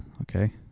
Okay